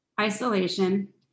isolation